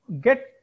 get